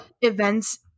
events